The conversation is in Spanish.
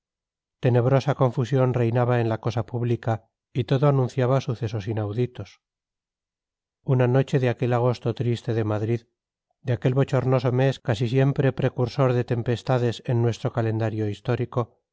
tenebrosa confusión reinaba en la cosa pública y todo anunciaba sucesos inauditos una noche de aquel agosto triste de madrid de aquel bochornoso mes casi siempre precursor de tempestades en nuestro calendario histórico